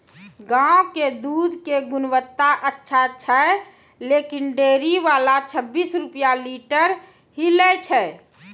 गांव के दूध के गुणवत्ता अच्छा छै लेकिन डेयरी वाला छब्बीस रुपिया लीटर ही लेय छै?